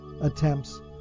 attempts